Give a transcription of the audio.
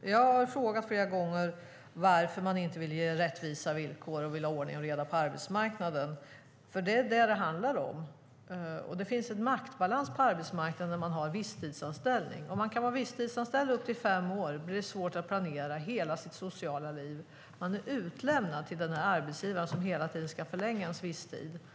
Jag har frågat flera gånger varför regeringen inte vill ge rättvisa villkor och ha ordning och reda på arbetsmarknaden. Det är vad det handlar om. Det handlar om maktbalansen på arbetsmarknaden när det finns visstidsanställningar. Om man kan vara visstidsanställd upp till fem år blir det svårt att planera hela sitt sociala liv. Man är utlämnad till arbetsgivaren som hela tiden ska förlänga ens visstidsanställning.